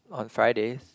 on Fridays